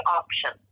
option